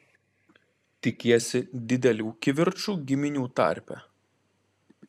tikiesi didelių kivirčų giminių tarpe